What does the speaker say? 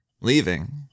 Leaving